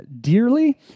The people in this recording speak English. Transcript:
dearly